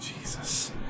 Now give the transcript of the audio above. Jesus